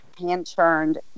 hand-churned